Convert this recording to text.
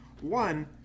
One